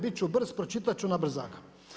Bit ću brz, pročitat ću na brzaka.